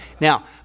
Now